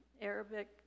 Arabic